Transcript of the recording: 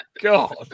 god